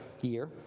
year